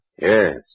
Yes